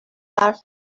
حرف